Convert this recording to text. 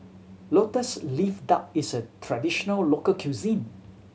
Lotus Leaf Duck is a traditional local cuisine